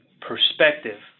perspective